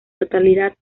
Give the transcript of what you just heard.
totalidad